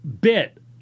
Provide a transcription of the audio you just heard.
bit